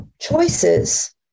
choices